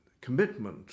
commitment